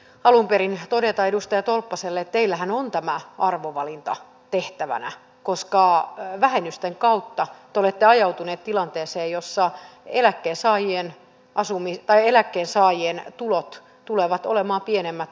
alunperin todeta edustaja tolppaselle teillähän on tämä arvovalinta tehtävänä kuskaa vähennysten kautta tulleita ajautuneet tilanteeseen jossa eläkkeensaajien asumis tai eläkkeensaajien tulot tulevat olemaan pienemmät